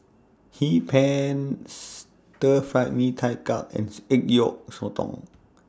Hee Pan Stir Fried Mee Tai Mak and Salted Egg Yolk Sotong